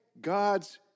God's